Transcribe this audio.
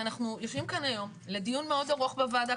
ואנחנו יושבים כאן היום לדיון מאוד ארוך בוועדה,